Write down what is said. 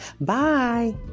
Bye